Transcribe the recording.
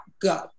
go